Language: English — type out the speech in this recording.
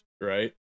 right